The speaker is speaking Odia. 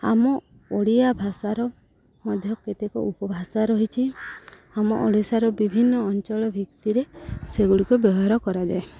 ଆମ ଓଡ଼ିଆ ଭାଷାର ମଧ୍ୟ କେତେକ ଉପଭାଷା ରହିଛି ଆମ ଓଡ଼ିଶାର ବିଭିନ୍ନ ଅଞ୍ଚଳ ଭିତ୍ତିରେ ସେଗୁଡ଼ିକ ବ୍ୟବହାର କରାଯାଏ